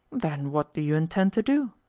then what do you intend to do?